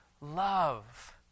love